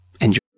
Enjoy